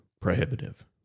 prohibitive